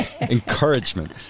Encouragement